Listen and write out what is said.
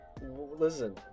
listen